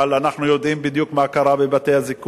אבל אנחנו יודעים בדיוק מה קרה בבתי-הזיקוק,